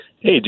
Hey